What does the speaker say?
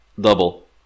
double